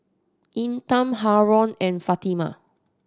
Intan Haron and Fatimah